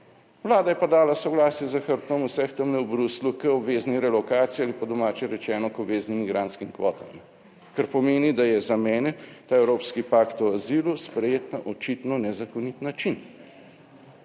Vlada je pa dala soglasje za hrbtom vseh tamle v Bruslju k obvezni relokaciji ali po domače rečeno, k obveznim migrantskim kvotam, kar pomeni, da je za mene ta evropski pakt o azilu sprejet na očitno nezakonit način.